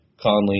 Conley